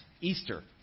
Easter